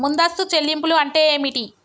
ముందస్తు చెల్లింపులు అంటే ఏమిటి?